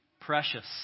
precious